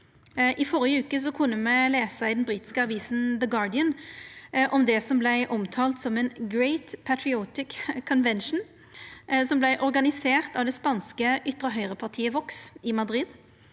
I førre veke kunne me lesa i den britiske avisa The Guardian om det som vart omtalt som ein «great patriotic convention», som vart organisert av det spanske ytre høgrepartiet Vox i Madrid.